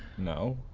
no?